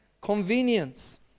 convenience